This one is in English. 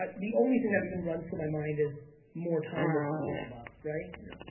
but the only thing that even runs through my mind is more time with people i love, right? yeah.